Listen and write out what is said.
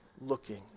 looking